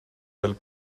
del